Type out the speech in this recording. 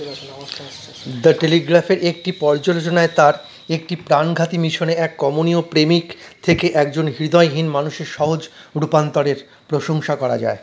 the টেলিগ্রাফের একটি পর্যালোচনায় তাঁর একটি প্রাণঘাতী মিশনে এক কমনীয় প্রেমিক থেকে একজন হৃদয়হীন মানুষের সহজ রূপান্তরের প্রশংসা করা হয়